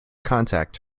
contact